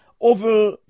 over